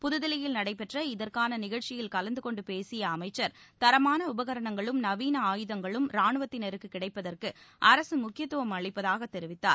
புதுதில்லியில் நடைபெற்ற இதற்கான நிகழ்ச்சியில் கலந்து கொண்டு பேசிய அமைச்சர் தரமான உபகரணங்களும் நவீன ஆயுதங்களும் ரானுவத்தினருக்கு கிடைப்பதற்கு அரசு முக்கியத்துவம் அளிப்பதாக தெரிவித்தார்